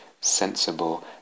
sensible